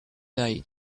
day